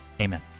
amen